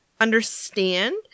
understand